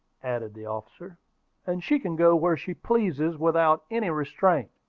added the officer and she can go where she pleases without any restraint.